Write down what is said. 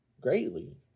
greatly